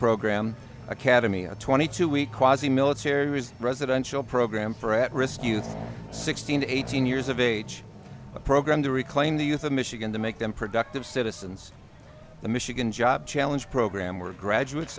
program academy a twenty two week quasi military his residential program for at risk youth sixteen eighteen years of age a program to reclaim the youth of michigan to make them productive citizens the michigan job challenge program where graduates